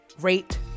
rate